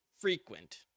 frequent